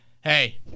Hey